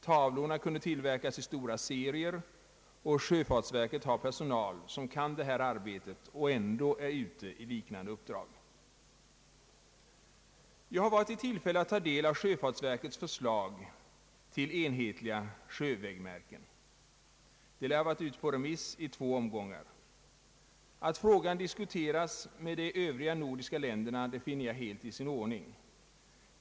Tavlorna kunde tillverkas i stora serier, och sjöfartsverket har personal som kan det här arbetet och ändå är ute i liknande uppdrag. Jag har varit i tillfälle att ta del av sjöfartsverkets förslag till enhetliga sjövägmärken. Förslaget lär ha varit ute på remiss i två omgångar. Att frågan diskuteras med de övriga nordiska länderna finner jag helt i sin ordning.